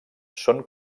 són